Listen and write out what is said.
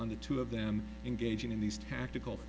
on the two of them engaging in these tactical